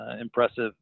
impressive